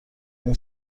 اون